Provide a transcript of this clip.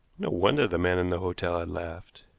no wonder the man in the hotel had laughed.